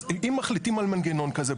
אז אם מחליטים על מנגנון כזה,